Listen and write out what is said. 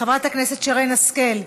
חברת הכנסת שרן השכל,